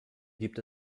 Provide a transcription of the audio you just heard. gibt